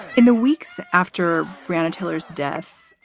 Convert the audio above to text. in the weeks after brandon taylor's death.